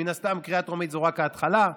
מן הסתם קריאה טרומית זו רק ההתחלה,